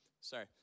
sorry